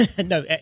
No